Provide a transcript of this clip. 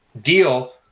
deal